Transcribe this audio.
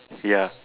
ya